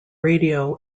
radio